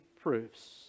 proofs